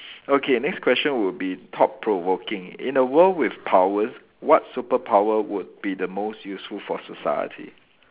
okay next question would be thought provoking in a world with powers what superpower would be the most useful for society